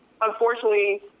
Unfortunately